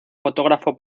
fotógrafo